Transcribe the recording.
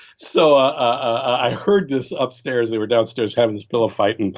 so ah i heard this upstairs. they were downstairs having this pillow fights. and